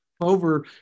over